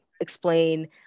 explain